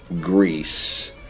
Greece